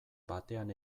batean